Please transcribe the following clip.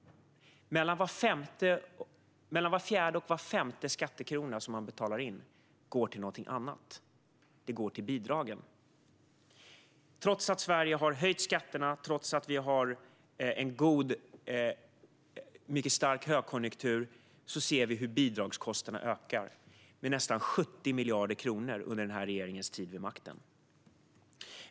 Mellan var fjärde och var femte skattekrona som man betalar in går till någonting annat, nämligen bidragen. Trots att Sverige har höjt skatterna och trots att vi har en god och mycket stark högkonjunktur har bidragskostnaderna ökat med nästan 70 miljarder kronor under den här regeringens tid vid makten.